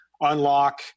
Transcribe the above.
unlock